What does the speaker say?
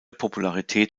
popularität